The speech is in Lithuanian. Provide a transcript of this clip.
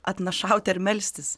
atnašauti ar melstis